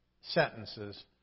sentences